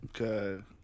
Okay